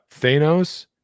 thanos